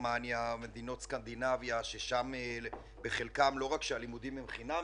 ממדינות סקנדינביה לא רק שהלימודים הם חינם,